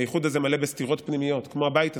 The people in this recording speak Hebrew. האיחוד הזה מלא סתירות פנימיות כמו הבית הזה,